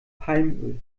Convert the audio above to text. palmöl